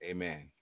Amen